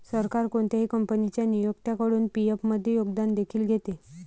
सरकार कोणत्याही कंपनीच्या नियोक्त्याकडून पी.एफ मध्ये योगदान देखील घेते